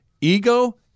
Ego